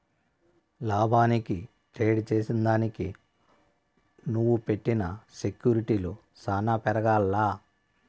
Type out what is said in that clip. లాభానికి ట్రేడ్ చేసిదానికి నువ్వు పెట్టిన సెక్యూర్టీలు సాన పెరగాల్ల